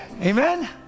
Amen